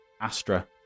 astra